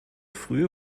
frühe